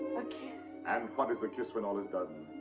a kiss. and what is a kiss when all is done?